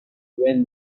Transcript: when